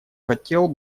хотел